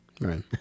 Right